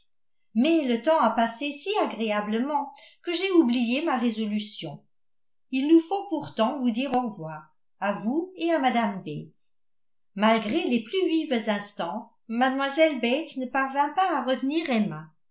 mais le temps a passé si agréablement que j'ai oublié ma résolution il nous faut pourtant vous dire au revoir à vous et à mme bates malgré les plus vives instances mlle bates ne parvint pas à retenir emma